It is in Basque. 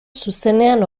zuzenean